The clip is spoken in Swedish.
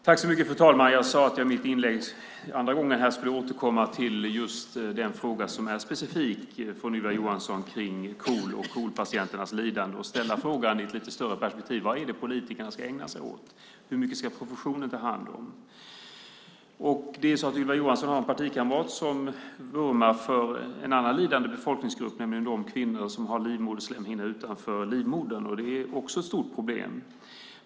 Fru talman! Jag sade i mitt förra inlägg att jag skulle återkomma till Ylva Johanssons specifika fråga om KOL och KOL-patienternas lidande och ställa en fråga i ett lite större perspektiv: Vad ska politikerna ägna sig åt, och hur mycket ska professionen ta hand om? Ylva Johansson har en partikamrat som vurmar för en annan lidande befolkningsgrupp, nämligen de kvinnor som har livmoderslemhinnan utanför livmodern. Också det är ett stort problem.